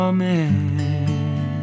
Amen